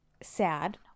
sad